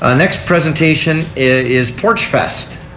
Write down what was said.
ah next presentation is porchfest.